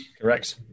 Correct